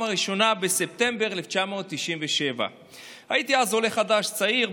הראשונה בספטמבר 1997. הייתי אז עולה חדש צעיר,